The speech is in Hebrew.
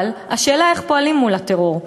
אבל השאלה היא איך פועלים מול הטרור.